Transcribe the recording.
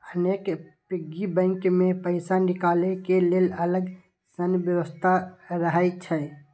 अनेक piggy bank मे पैसा निकालै के लेल अलग सं व्यवस्था रहै छै